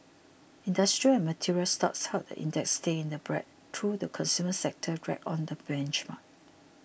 industrial and material stocks helped the index stay in the black though the consumer sector dragged on the benchmark